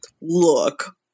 look